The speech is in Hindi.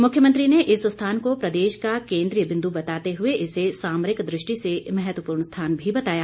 मुख्यमंत्री ने इस स्थान को प्रदेश का केन्द्रीय बिंदु बताते हुए इसे सामरिक दृष्टि से महत्वपूर्ण स्थान भी बताया